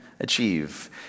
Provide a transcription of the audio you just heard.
achieve